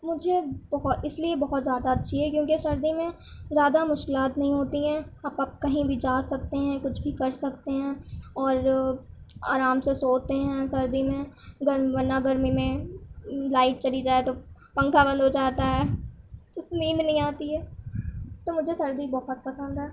مجھے اس لیے بہت زیادہ اچّھی ہے کیونکہ سردی میں زیادہ مشکلات نہیں ہوتی ہیں آپ آپ کہیں بھی جا سکتے ہیں کچھ بھی کر سکے ہیں اور آرام سے سوتے ہیں سردی میں ورنہ گرمی میں لائیٹ چلی جائے تو پنکھا بند ہو جاتا ہے جس نیند نہیں آتی ہے تو مجھے سردی بہت پسند ہے